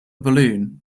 balloon